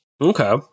Okay